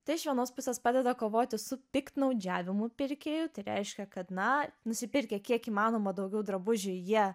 tai iš vienos pusės padeda kovoti su piktnaudžiavimu pirkėjų tai reiškia kad na nusipirkę kiek įmanoma daugiau drabužių jie